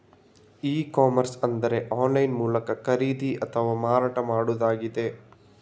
E commerce ಅಂದ್ರೆ online ಮೂಲಕ ಖರೀದಿ ಅಥವಾ ಮಾರಾಟ ಮಾಡುದಾಗಿದೆ